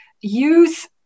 use